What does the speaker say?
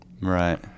right